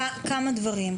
כמה דברים.